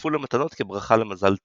שצורפו למתנות כברכה למזל טוב.